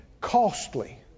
costly